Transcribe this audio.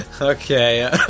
Okay